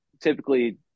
typically